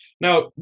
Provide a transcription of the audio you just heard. Now